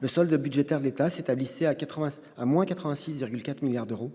le solde budgétaire de l'État s'établissait à moins 86,4 milliards d'euros,